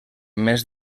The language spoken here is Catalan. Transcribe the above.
més